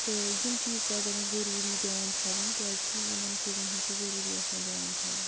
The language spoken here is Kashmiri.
تہٕ یِم چیٖز پَزیٚن اسہِ ضروٗری دھیٛان تھاوٕنۍ کیٛازِکہِ یِمَن چیٖزَن ہُنٛد چھُ ضروٗری آسان دھیٛان تھاوُن